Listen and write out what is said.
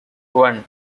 one